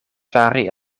fari